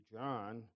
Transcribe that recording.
John